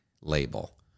label